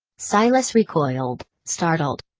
silas recoiled, startled.